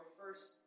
first